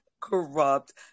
corrupt